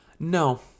No